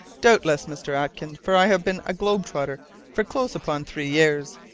doubtless, mr. atkins, for i have been a globe-trotter for close upon three years.